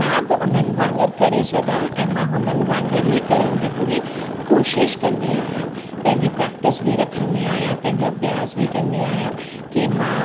मां बि उन्हनि वांगुरु करे सघां ऐं मां हुननि वांगुरु ही करण जी पूरी कोशिश कंदी आहियां पंहिंजी प्रैक्टिस बि रखंदी आहियां पंहिंजो अभ्यास बि कंदी आहियां कि मां